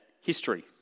history